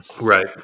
right